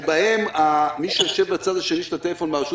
שבה מי שיושב בצד השני של הטלפון מן הרשות